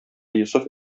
йосыф